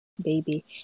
Baby